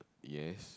yes